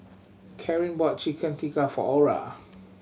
Carin bought Chicken Tikka for Ora